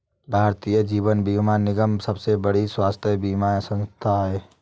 भारतीय जीवन बीमा निगम सबसे बड़ी स्वास्थ्य बीमा संथा है